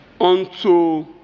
unto